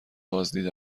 بازدید